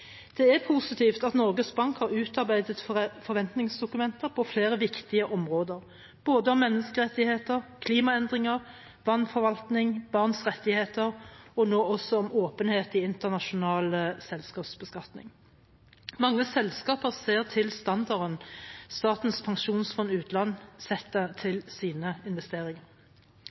Det er positivt at Norges Bank har utarbeidet forventningsdokumenter på flere viktige områder – om både menneskerettigheter, klimaendringer, vannforvaltning, barns rettigheter og nå også om åpenhet i internasjonal selskapsbeskatning. Mange selskaper ser til standarden Statens pensjonsfond utland setter for sine investeringer.